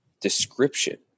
description